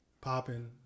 popping